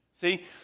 See